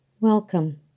Welcome